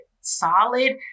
solid